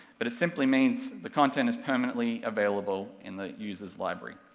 but it simply means the content is permanently available in the user's library,